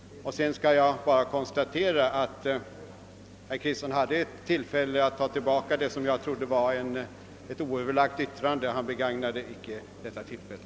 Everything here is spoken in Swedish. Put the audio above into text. Jag skall sedan bara konstatera att herr Kristenson hade ett tillfälle att ta tillbaka det som jag trodde var ett oöverlagt yttrande. Han begagnade icke detta tillfälle.